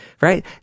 right